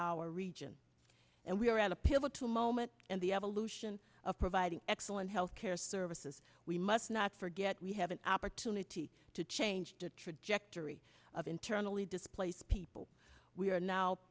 our region and we are at a pivotal moment in the evolution of providing excellent health care services we must not forget we have an opportunity to change the trajectory of internally displaced people we are now